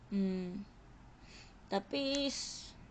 mm tapi